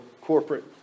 corporate